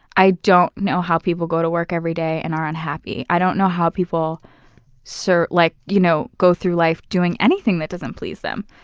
i don't know how people go to work every day and are unhappy. i don't know how people so like you know go through life doing anything that doesn't please them.